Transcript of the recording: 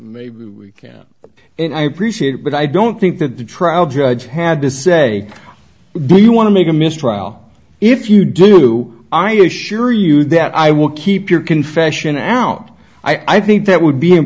maybe we can't and i appreciate it but i don't think that the trial judge had to say do you want to make a mistrial if you do i assure you that i will keep your confession out i think that would be